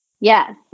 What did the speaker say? Yes